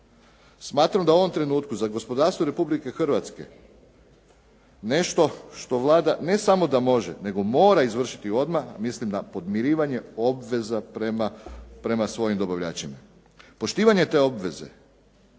Smatram da u ovom trenutku za gospodarstvo Republike Hrvatske, nešto što Vlada ne samo da može, nego mora izvršiti odmah, mislim na podmirivanje obveza prema svojim dobavljačima. Poštivanje te obveze